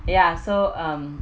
ya so um